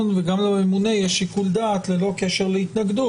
יש שיקול דעת ללא קשר להתנגדות,